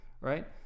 right